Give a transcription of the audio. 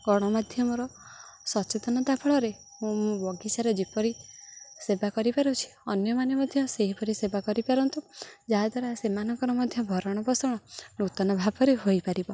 ଗଣମାଧ୍ୟମର ସଚେତନତା ଫଳରେ ମୁଁ ମୋ ବଗିଚାରେ ଯେପରି ସେବା କରିପାରୁଛି ଅନ୍ୟମାନେ ମଧ୍ୟ ସେହିପରି ସେବା କରିପାରନ୍ତୁ ଯାହାଦ୍ୱାରା ସେମାନଙ୍କର ମଧ୍ୟ ଭରଣ ପୋଷଣ ନୂତନଭାବରେ ହୋଇପାରିବ